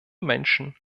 menschen